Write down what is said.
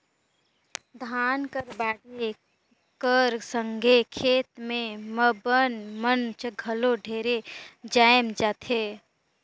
धान कर बाढ़े कर संघे खेत मे बन मन घलो ढेरे जाएम जाथे